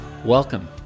Welcome